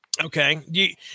Okay